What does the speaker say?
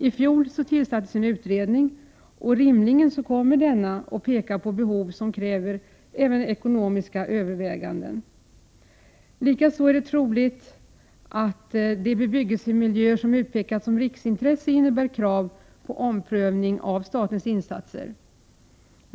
I fjol tillsattes en utredning, och rimligen kommer denna att peka på att det finns behov även av ekonomiska överväganden. Likaså är det troligt att de bebyggelsemiljöer som har utpekats vara av riksintresse innebär krav på omprövning av statens insatser.